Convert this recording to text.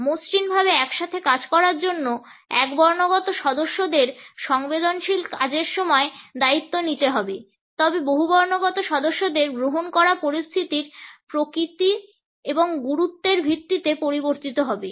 মসৃণভাবে একসাথে কাজ করার জন্য একবর্ণগত সদস্যদের সংবেদনশীল কাজের সময় দায়িত্ব নিতে হবে তবে বহুবর্ণগত সদস্যদের গ্রহণ করা পরিস্থিতির প্রকৃতি এবং গুরুত্বের ভিত্তিতে পরিবর্তিত হবে